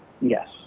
Yes